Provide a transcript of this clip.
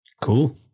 Cool